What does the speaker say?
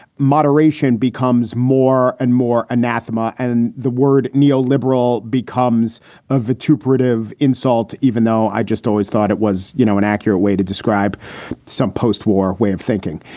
moderation becomes more and more anathema. and the word neoliberal becomes a vituperative insult, even though i just always thought it was, you know, an accurate way to describe some post-war way of thinking.